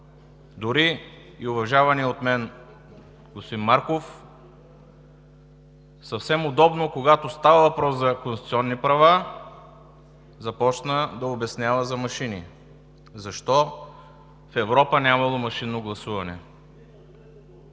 Дори и уважаваният от мен господин Марков съвсем удобно, когато стана въпрос за конституционни права, започна да обяснява за машини – защо в Европа нямало машинно гласуване.